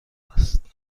است